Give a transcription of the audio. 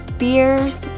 fears